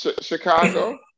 Chicago